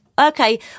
Okay